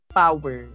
power